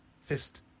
fist